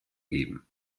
geben